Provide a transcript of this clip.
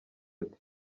ati